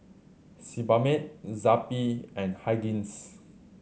Sebamed Zappy and Hygin's